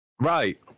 Right